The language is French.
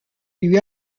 lui